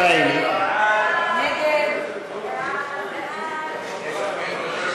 62. ההסתייגות (62) של קבוצת